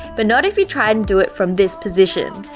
but not, if you try, and do it from this position,